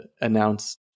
announce